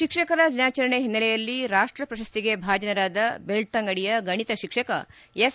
ಶಿಕ್ಷಕರ ದಿನಾಚರಣೆ ಹಿನ್ನೆಲೆಯಲ್ಲಿ ರಾಷ್ವ ಪ್ರಶಸ್ತಿಗೆ ಭಾಜನರಾದ ಬೆಳ್ತಂಗಡಿಯ ಗಣಿತ ಶಿಕ್ಷಕ ಎಸ್